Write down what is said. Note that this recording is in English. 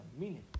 meaning